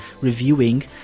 reviewing